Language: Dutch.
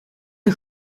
een